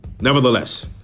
Nevertheless